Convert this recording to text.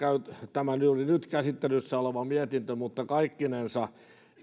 juuri nyt käsittelyssä oleva mietintö mutta kaikkinensa